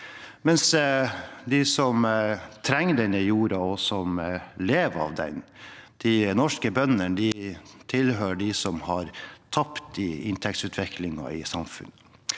mens de som trenger denne jorda, og som lever av den – de norske bøndene – tilhører dem som har tapt i inntektsutviklingen i samfunnet.